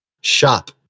shop